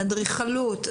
אדריכלות וכולי.